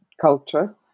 culture